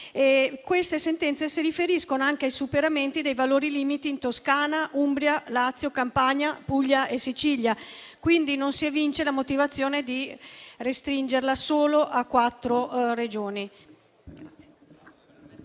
che tali sentenze si riferiscono anche al superamento dei valori limite in Toscana, Umbria, Lazio, Campania, Puglia e Sicilia. Quindi non si evince la motivazione di restringerla solo a quattro Regioni.